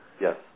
Yes